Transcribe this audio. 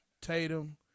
Tatum